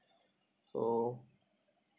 so